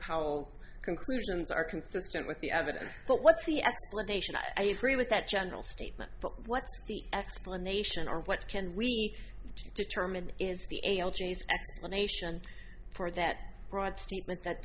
powells conclusions are consistent with the evidence but what's the explanation i agree with that general statement but what's the explanation or what can we determine is the explanation for that broad statement that